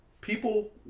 people